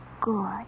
good